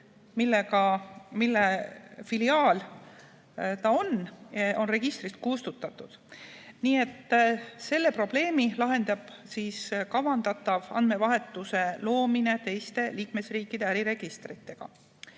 mille filiaal ta on, on registrist kustutatud. Nii et selle probleemi lahendab kavandatav andmevahetuse loomine teiste liikmesriikide äriregistritega.